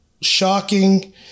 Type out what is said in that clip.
shocking